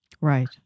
Right